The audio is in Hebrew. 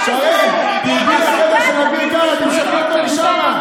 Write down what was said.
שרן, תרדי לחדר של אביר קארה, תמשכי אותו משם.